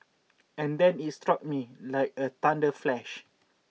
and then it struck me like a thunder flash